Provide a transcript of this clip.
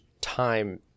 time